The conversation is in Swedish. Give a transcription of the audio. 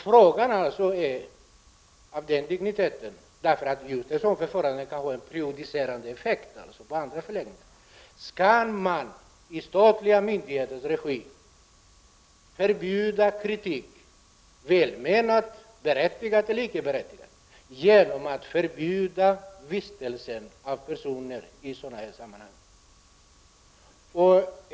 Frågan har hög dignitet därför att förfarandet kan få en prejudicerande effekt på andra förläggningar: Skall man i statliga myndigheters regi förbjuda kritik — välmenad, berättigad eller icke berättigad — genom att förbjuda kritikerna att vistas i förläggningen?